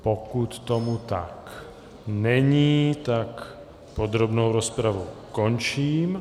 Pokud tomu tak není, podrobnou rozpravu končím.